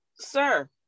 sir